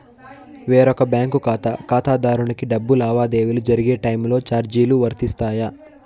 వేరొక బ్యాంకు ఖాతా ఖాతాదారునికి డబ్బు లావాదేవీలు జరిగే టైములో చార్జీలు వర్తిస్తాయా?